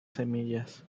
semillas